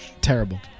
Terrible